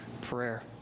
prayer